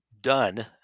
done